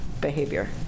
behavior